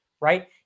right